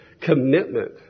commitment